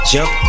Jump